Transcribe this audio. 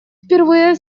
впервые